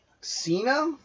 Cena